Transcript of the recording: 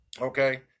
Okay